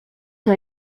que